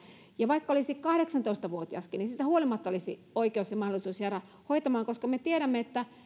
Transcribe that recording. ja vaikka olisi kahdeksantoista vuotiaskin niin siitä huolimatta olisi oikeus ja mahdollisuus jäädä hoitamaan me tiedämme että